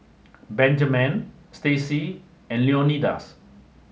Benjamen Stacy and Leonidas